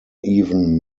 even